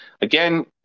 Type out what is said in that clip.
again